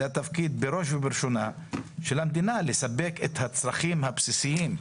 זה התפקיד בראש ובראשונה של המדינה לספק את הצרכים הבסיסיים.